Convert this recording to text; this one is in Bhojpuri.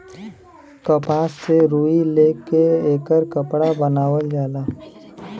कपास से रुई ले के एकर कपड़ा बनावल जाला